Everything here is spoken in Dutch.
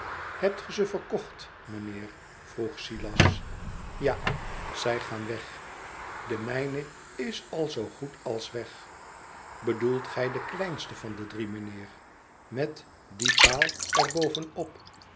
hebt gij ze verkocht mijnheer vroeg silas ja zij gaan weg de mijne is al zoogoed als weg bedoelt gij den kleinsten van de drie mijnheer met dien paal